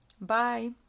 Bye